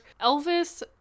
Elvis